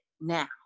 now